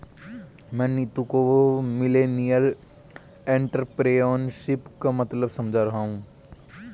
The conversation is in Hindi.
मैं नीतू को मिलेनियल एंटरप्रेन्योरशिप का मतलब समझा रहा हूं